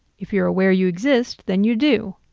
if you're aware you exist, then you do.